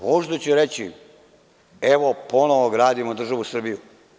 Voždu ću reći – evo, ponovo gradimo državu Srbiju.